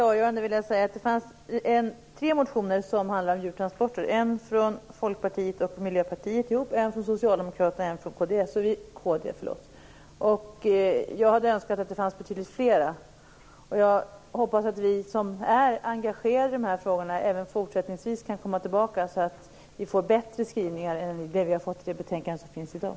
Fru talman! Som ett klargörande vill jag framhålla att tre motioner handlar om djurtransporter, en från Folkpartiet och Miljöpartiet gemensamt, en från Socialdemokraterna och en från Kristdemokraterna. Jag hade önskat att det skulle finnas betydligt flera. Jag hoppas att vi som är engagerade i de här frågorna även fortsättningsvis kan komma tillbaka så att vi får bättre skrivningar än den skrivning vi har fått i det betänkande som föreligger i dag.